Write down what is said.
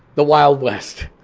the wild west.